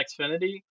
Xfinity